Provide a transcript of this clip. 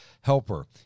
helper